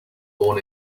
born